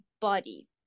body